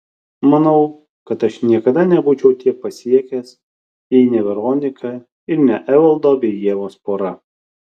manau kad aš niekada nebūčiau tiek pasiekęs jei ne veronika ir ne evaldo bei ievos pora